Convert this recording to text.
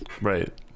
Right